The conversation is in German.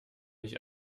nicht